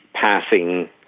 passing